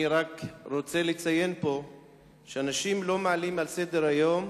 אני רק רוצה לציין פה שאנשים לא מעלים על סדר-היום,